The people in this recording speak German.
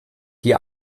die